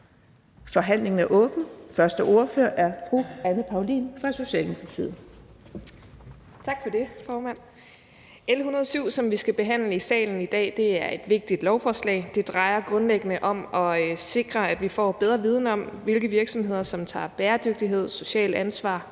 Forhandlingen er åbnet. Den første ordfører er fru Anne Paulin fra Socialdemokratiet.